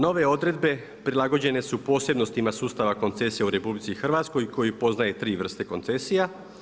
Nove odredbe prilagođene su posebnostima sustava koncesija u RH koji poznaje tri vrste koncesija.